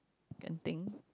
Genting